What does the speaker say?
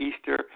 Easter